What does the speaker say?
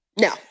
No